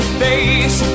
face